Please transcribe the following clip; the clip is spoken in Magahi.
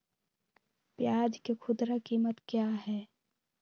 प्याज के खुदरा कीमत क्या है?